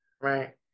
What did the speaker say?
Right